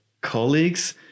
colleagues